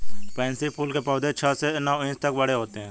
pansy फूल के पौधे छह से नौ इंच तक बड़े होते हैं